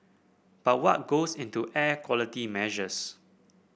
but what goes into air quality measures